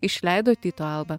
išleido tyto alba